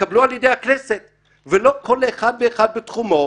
יתקבלו על ידי הכנסת ולא כל אחד ואחד בתחומו,